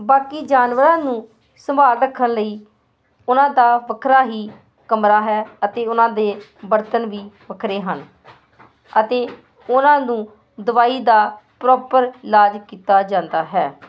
ਬਾਕੀ ਜਾਨਵਰਾਂ ਨੂੰ ਸੰਭਾਲ ਰੱਖਣ ਲਈ ਉਹਨਾਂ ਦਾ ਵੱਖਰਾ ਹੀ ਕਮਰਾ ਹੈ ਅਤੇ ਉਹਨਾਂ ਦੇ ਬਰਤਨ ਵੀ ਵੱਖਰੇ ਹਨ ਅਤੇ ਉਹਨਾਂ ਨੂੰ ਦਵਾਈ ਦਾ ਪ੍ਰੋਪਰ ਇਲਾਜ ਕੀਤਾ ਜਾਂਦਾ ਹੈ